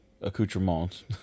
accoutrements